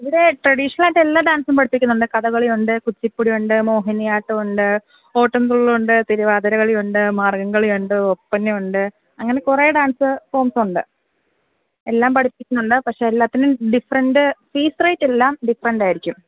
ഇവിടെ ട്രഡീഷണലായിട്ട് എല്ലാ ഡാൻസും പഠിപ്പിക്കുന്നുണ്ട് കഥകളിയുണ്ട് കുച്ചിപ്പുടിയുണ്ട് മോഹിനിയാട്ടമുണ്ട് ഓട്ടൻതുള്ളലുണ്ട് തിരുവാതിരക്കളിയുണ്ട് മാർഗംകളിയുണ്ട് ഒപ്പനയുണ്ട് അങ്ങനെ കുറേ ഡാൻസ് ഫോംസ് ഉണ്ട് എല്ലാം പഠിപ്പിക്കുന്നുണ്ട് പക്ഷെ എല്ലാത്തിനും ഡിഫറെൻറ് ഫീസ് റേറ്റെല്ലാം ഡിഫറന്റായിരിക്കും